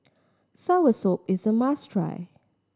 soursop is a must try